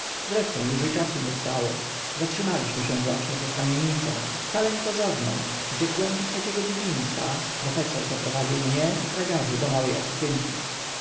zresztą uż i czasu nie stało zatrzymaliśmy się właśnie przed kamienicą wcale niepozorną gdzie w głębi trzeciego dziedzińca profesor zaprowadził mnie i tragarzy do małe oficynki